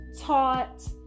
taught